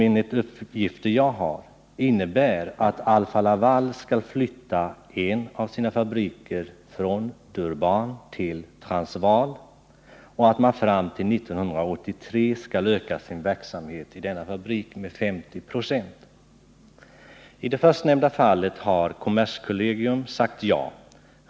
Enligt de uppgifter jag har skall Alfa-Laval flytta en av sina fabriker från Durban till Transvaal och fram till 1983 öka sin verksamhet i denna fabrik med 50 96. I det förstnämnda fallet har kommerskollegium sagt ja.